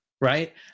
Right